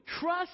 trust